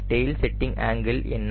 tail setting angle என்ன